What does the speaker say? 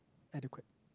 adequate